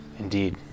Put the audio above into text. Indeed